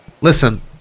listen